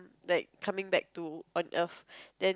like coming back to on earth then